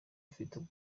ufite